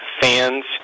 fans